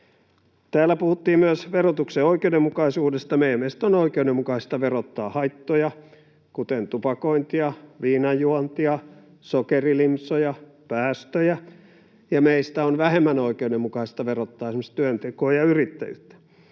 Täällä puhuttiin myös verotuksen oikeudenmukaisuudesta. Meidän mielestämme on oikeudenmukaista verottaa haittoja, kuten tupakointia, viinanjuontia, sokerilimsoja, päästöjä, ja meistä on vähemmän oikeudenmukaista verottaa esimerkiksi työntekoa ja yrittäjyyttä.